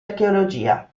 archeologia